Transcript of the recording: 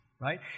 right